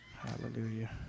Hallelujah